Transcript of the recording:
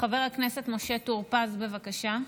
חבר הכנסת משה טור פז, בבקשה.